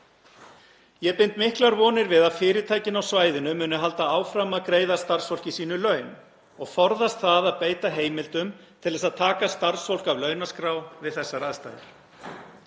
Ég bind miklar vonir við að fyrirtækin á svæðinu muni halda áfram að greiða starfsfólki sínu laun og forðist það að beita heimildum til að taka starfsfólk af launaskrá við þessar aðstæður.